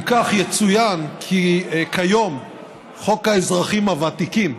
אם כך, יצוין כי כיום חוק האזרחים הוותיקים,